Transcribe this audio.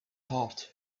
heart